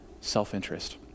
self-interest